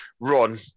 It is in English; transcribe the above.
run